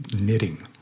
knitting